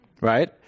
Right